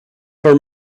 for